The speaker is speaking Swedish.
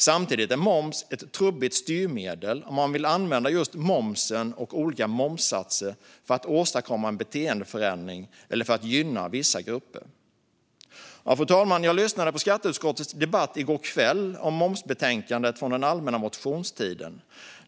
Samtidigt är moms ett trubbigt styrmedel om man vill använda just momsen och olika momssatser för att åstadkomma en beteendeförändring eller för att gynna vissa grupper. Fru talman! Jag lyssnade på skatteutskottets debatt i går kväll om momsbetänkandet med motioner från allmänna motionstiden.